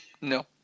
No